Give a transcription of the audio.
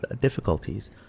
difficulties